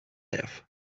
jaw